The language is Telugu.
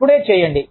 ఇప్పుడే చేయండి